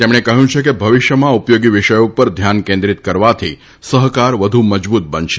તેમણે કહ્યું છે કે ભવિષ્યમાં ઉપયોગી વિષયો ઉપર ધ્યાન કેન્દ્રિત કરવાથી સહકાર વધુ મજબુત બનશે